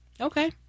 Okay